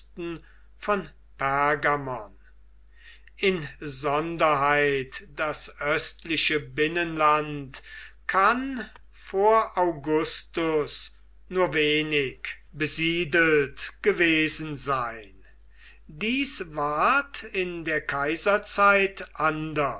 von pergamon insonderheit das östliche binnenland kann vor augustus nur wenig besiedelt gewesen sein dies ward in der kaiserzeit